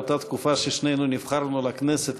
באותה תקופה ששנינו נבחרנו לכנסת,